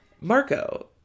Marco